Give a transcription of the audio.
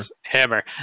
Hammer